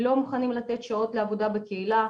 לא מוכנים לתת שעות לעבודה בקהילה.